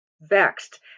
vexed